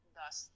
thus